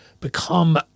become